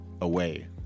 Away